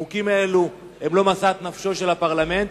החוקים האלה הם לא משאת נפשו של הפרלמנט,